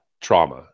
trauma